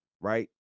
right